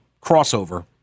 crossover